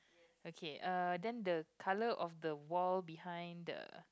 okay uh then the colour of the wall behind the